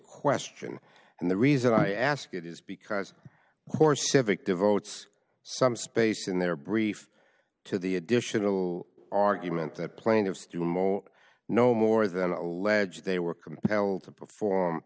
question and the reason i ask it is because course if it devotes some space in their brief to the additional argument that plaintiffs to morrow no more than allege they were compelled to perform